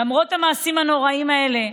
למרות המעשים הנוראיים האלה,